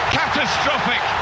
catastrophic